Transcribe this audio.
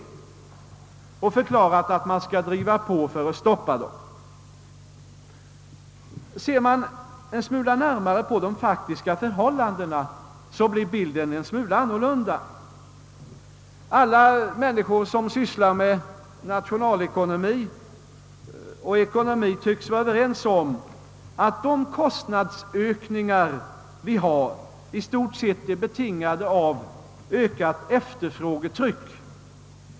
— och förklarat att de vill driva på för att stoppa dem. Ser man en smula närmare på de faktiska förhållandena blir bilden annorlunda. Alla människor som sysslat med nationalekonomi tycks vara överens om att de prisökningar vi har i stort sett är betingade av ökat efterfrågetryck.